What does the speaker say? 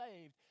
saved